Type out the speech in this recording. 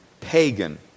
pagan